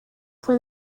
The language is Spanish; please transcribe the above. fue